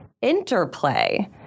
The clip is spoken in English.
interplay